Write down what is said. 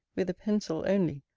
with a pencil only,